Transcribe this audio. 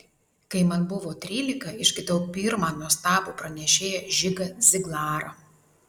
kai man buvo trylika išgirdau pirmą nuostabų pranešėją žigą ziglarą